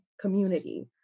community